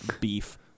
beef